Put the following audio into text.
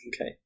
Okay